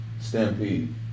Stampede